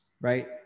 right